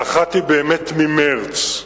האחת היא באמת ממרס,